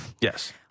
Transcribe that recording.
Yes